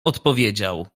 odpowiedział